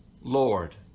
Lord